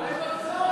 אתה יכול לחזור על זה?